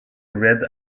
red